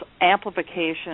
amplification